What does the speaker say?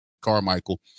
Carmichael